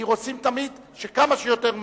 כי רוצים תמיד שיוכלו להגיש כמה שיותר מהר.